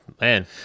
man